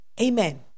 Amen